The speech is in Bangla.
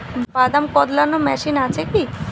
বাদাম কদলানো মেশিন আছেকি?